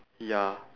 ya